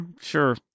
sure